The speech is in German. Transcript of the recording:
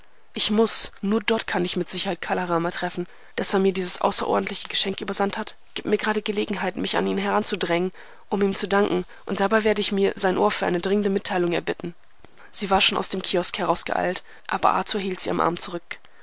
ich muß nur dort kann ich mit sicherheit kala rama treffen daß er mir dies außerordentliche geschenk übersandt hat gibt mir gerade gelegenheit mich an ihn heranzudrängen um ihm zu danken und dabei werde ich mir sein ohr für eine dringende mitteilung erbitten sie war schon aus dem kiosk hinausgeeilt aber arthur hielt sie am arm zurück